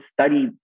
study